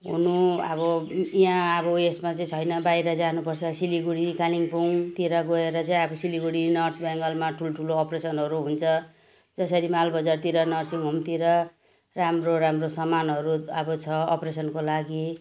हुनु अब यहाँ अब यसमा चाहिँ छैन बाहिर जानु पर्छ सिलगडी कालेम्पोङतिर गएर चाहिँ अब सिलगडी नर्थ बेङ्गलमा ठुल्ठुलो अप्रेसनहरू हुन्छ त्यसरी मालबजारतिर नर्सिङ् होमतिर राम्रो राम्रो सामानहरू अब छ अप्रेसनको लागि